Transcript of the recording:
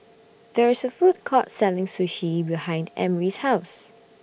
There IS A Food Court Selling Sushi behind Emry's House